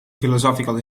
philosophical